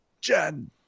Jen